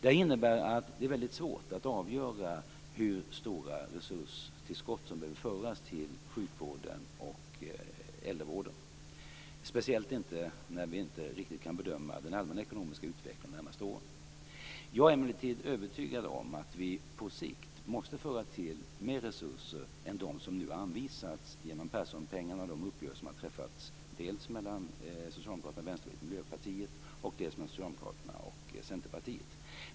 Det här innebär att det är väldigt svårt att avgöra hur stora resurstillskott som behöver föras till sjukvården och äldrevården, speciellt med tanke på att vi inte riktigt kan bedöma den allmänna ekonomiska utvecklingen de närmaste åren. Jag är emellertid övertygad om att vi på sikt måste föra till mer resurser än de som nu anvisas genom Perssonpengarna och de uppgörelser som har träffats dels mellan Socialdemokraterna och Vänsterpartiet/Miljöpartiet, dels mellan Socialdemokraterna och Centerpartiet.